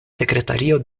sekretario